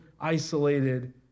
isolated